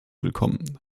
willkommen